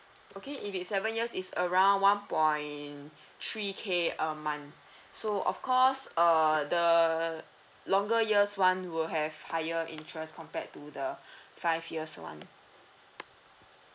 okay if it's seven years it's around one point three K a month so of course uh the longer years one will have higher interest compared to the five years one